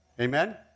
Amen